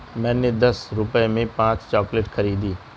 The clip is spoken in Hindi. मैंने दस रुपए में पांच चॉकलेट खरीदी